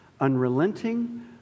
unrelenting